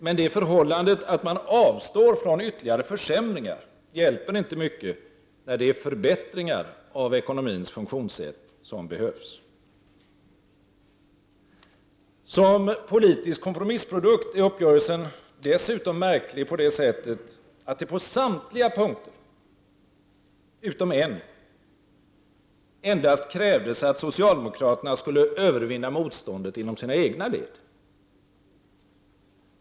Men det förhållandet att man avstår från ytterligare försämringar hjälper inte mycket när det är förbättringar av ekonomins funktionssätt som behövs. Som politisk kompromissprodukt är uppgörelsen dessutom märklig på det sättet att det på samtliga punkter utom en endast krävdes att socialdemokraterna skulle övervinna motståndet inom sina egna led.